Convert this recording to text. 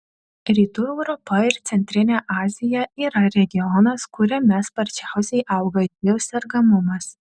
rytų europa ir centrinė azija yra regionas kuriame sparčiausiai auga živ sergamumas